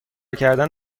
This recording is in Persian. کردن